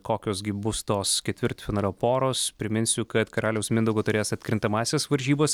kokios gi bus tos ketvirtfinalio poros priminsiu kad karaliaus mindaugo taurės atkrintamąsias varžybas